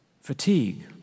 fatigue